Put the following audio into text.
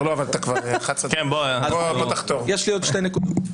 יש לי עוד שתי נקודות.